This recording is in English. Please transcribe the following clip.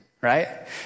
right